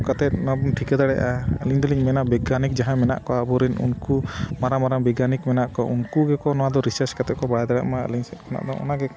ᱠᱟᱛᱮᱫ ᱱᱚᱣᱟ ᱵᱚᱱ ᱴᱷᱤᱠᱟᱹ ᱫᱟᱲᱮᱭᱟᱜᱼᱟ ᱟᱹᱞᱤᱧ ᱫᱚᱞᱤᱧ ᱢᱮᱱᱟ ᱵᱤᱜᱽᱜᱟᱱᱤᱠ ᱡᱟᱦᱟᱸ ᱢᱮᱱᱟᱜ ᱠᱚᱣᱟ ᱟᱵᱚᱨᱮᱱ ᱩᱱᱠᱩ ᱢᱟᱨᱟᱝ ᱢᱟᱨᱟᱝ ᱵᱤᱜᱽᱜᱟᱱᱤᱠ ᱢᱮᱱᱟᱜ ᱠᱚᱣᱟ ᱩᱱᱠᱩ ᱜᱮᱠᱚ ᱱᱚᱣᱟ ᱫᱚ ᱨᱤᱥᱟᱨᱪ ᱠᱟᱛᱮ ᱠᱚ ᱵᱟᱲᱟᱭ ᱫᱟᱲᱮᱭᱟᱜ ᱢᱟ ᱟᱹᱞᱤᱧ ᱥᱮᱫ ᱠᱷᱚᱱᱟᱜ ᱫᱚ ᱚᱱᱟᱜᱮ